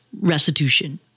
restitution